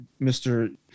Mr